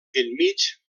enmig